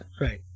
Right